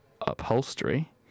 upholstery